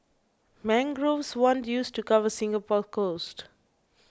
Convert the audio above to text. mangroves once used to cover Singapore's coasts